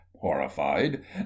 horrified